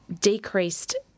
decreased